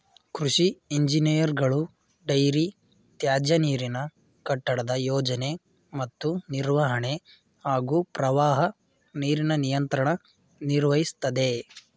ಕೃಷಿ ಇಂಜಿನಿಯರ್ಗಳು ಡೈರಿ ತ್ಯಾಜ್ಯನೀರಿನ ಕಟ್ಟಡದ ಯೋಜನೆ ಮತ್ತು ನಿರ್ವಹಣೆ ಹಾಗೂ ಪ್ರವಾಹ ನೀರಿನ ನಿಯಂತ್ರಣ ನಿರ್ವಹಿಸ್ತದೆ